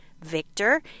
victor